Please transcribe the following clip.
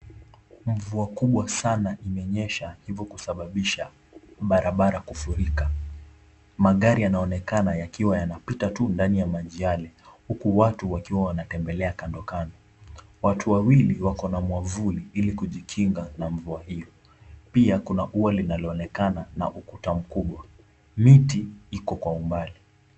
Mvua kubwa sana imenyesha hivo kusababisha barabara kufurika. Magari yanaonekana yakiwa yanapita tu ndani ya maji yale huku watu wakiwa wanatembelea kando kando. Watu wawili wako na mwavuli ili kujikinga na mvua hiyo. Pia kuna ua linaloonekana na ukuta mkubwa. Miti Iko kwa umbali.